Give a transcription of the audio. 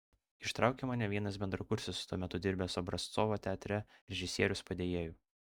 ištraukė mane vienas bendrakursis tuo metu dirbęs obrazcovo teatre režisieriaus padėjėju